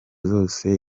zose